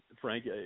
Frank